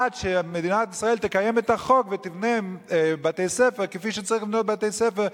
עד שמדינת ישראל תקיים את החוק ותבנה בתי-ספר כפי שצריך לבנות בתי-ספר,